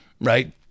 right